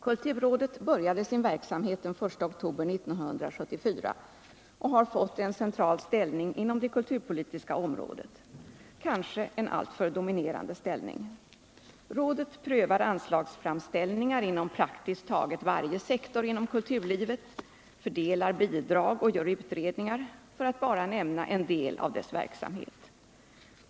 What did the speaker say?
Kulturrådet började sin verksamhet den 1 oktober 1974 och har fått en central ställning inom det kulturpolitiska området — kanske en alltför dominerande ställning. Rådet prövar anslagsframställningar inom praktiskt taget varje sektor inom kulturlivet, fördelar bidrag och gör utredningar för att bara nämna en del av dess verksamhet.